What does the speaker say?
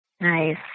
Nice